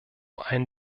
einen